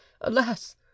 alas